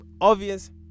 obvious